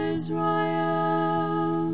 Israel